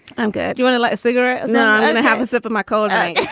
i'm good. you want to light a cigarette? no. and i have a sip of my cold. right.